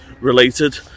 related